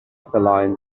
isolines